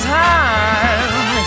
time